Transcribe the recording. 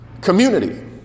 community